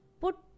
put